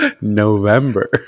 November